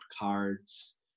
cards